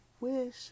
wish